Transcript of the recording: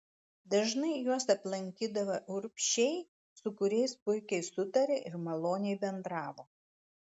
dažnai juos aplankydavę urbšiai su kuriais puikiai sutarė ir maloniai bendravo